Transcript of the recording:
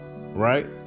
right